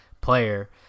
player